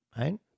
Right